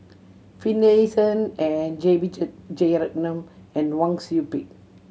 Finlayson and J B Jeyaretnam and Wang Sui Pick